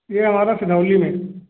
ये ढाबा सिनौली मे